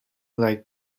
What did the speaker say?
like